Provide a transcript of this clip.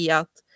att